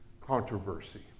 controversy